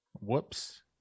whoops